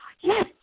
yes